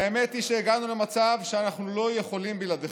האמת היא שהגענו למצב שאנחנו לא יכולים בלעדיכם.